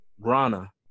grana